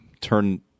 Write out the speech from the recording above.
turn